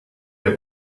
der